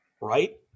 right